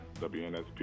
WNSP